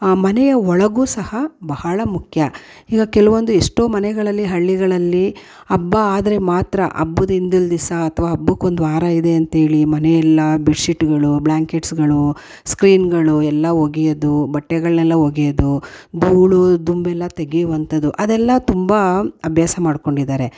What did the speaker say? ಆ ಮನೆಯ ಒಳಗೂ ಸಹ ಬಹಳ ಮುಖ್ಯ ಈಗ ಕೆಲವೊಂದು ಎಷ್ಟೋ ಮನೆಗಳಲ್ಲಿ ಹಳ್ಳಿಗಳಲ್ಲಿ ಹಬ್ಬ ಆದರೆ ಮಾತ್ರ ಹಬ್ಬದ ಹಿಂದಿನ ದಿವಸ ಅಥ್ವಾ ಹಬ್ಬಕ್ಕೆ ಒಂದುವಾರ ಇದೆ ಅಂತ್ಹೇಳಿ ಮನೆಯೆಲ್ಲಾ ಬೆಡ್ಶೀಟುಗಳು ಬ್ಲ್ಯಾಂಕೆಟ್ಸುಗಳು ಸ್ಕ್ರೀನುಗಳು ಎಲ್ಲ ಒಗೆಯೋದು ಬಟ್ಟೆಗಳನ್ನೆಲ್ಲ ಒಗೆಯೋದು ಧೂಳು ದುಂಬೆಲ್ಲ ತೆಗೆಯುವಂಥದು ಅದೆಲ್ಲ ತುಂಬ ಅಭ್ಯಾಸ ಮಾಡಿಕೊಂಡಿದ್ದಾರೆ